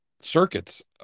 circuits